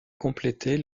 compléter